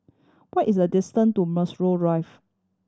what is the distance to Melrose Drive